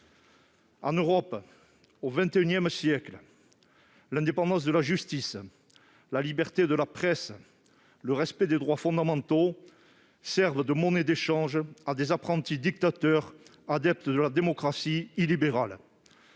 En Europe et au XXI siècle, l'indépendance de la justice, la liberté de la presse, le respect des droits fondamentaux servent de monnaie d'échange à des apprentis dictateurs adeptes de la démocratie illibérale.